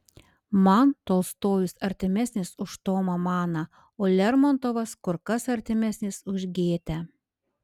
man tolstojus artimesnis už tomą maną o lermontovas kur kas artimesnis už gėtę